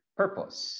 purpose